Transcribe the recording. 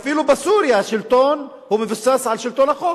אפילו בסוריה השלטון מבוסס על שלטון החוק.